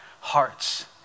hearts